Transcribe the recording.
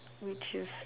which is